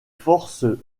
forces